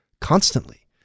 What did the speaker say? constantly